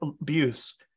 abuse